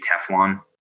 Teflon